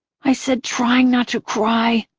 i said, trying not to cry.